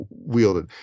wielded